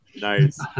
Nice